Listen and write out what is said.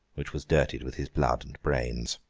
which was dirtied with his blood and brains.